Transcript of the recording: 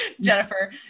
jennifer